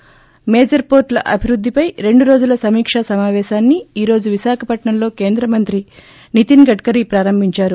ి ప్రేమేజర్ వోర్టుల అభివృద్దిపై రెండు రోజుల సమీకా సమాపేశాన్ని ఈ రోజు విశాఖపట్నంలో కేంద్ర మంత్రి నితిస్ గడ్కారి ప్రారంభించారు